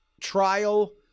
trial